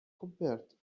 compared